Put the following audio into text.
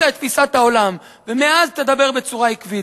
את תפיסת העולם ומאז תדבר בצורה עקבית.